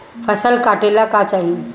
फसल काटेला का चाही?